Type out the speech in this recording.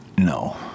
No